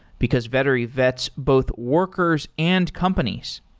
because vettery vets both workers and companies.